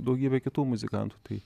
daugybė kitų muzikantų tai